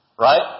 right